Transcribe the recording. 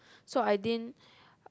so I didn't